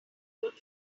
good